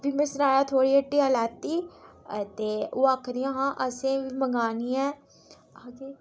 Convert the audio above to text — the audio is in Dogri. फ्ही में सनाया थुआढ़ी ह्ट्टी दा लैती ते ओह् आखदियां हां असें बी मंगानी ऐ